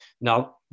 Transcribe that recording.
now